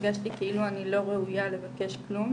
כאילו אני לא ראויה לבקש כלום,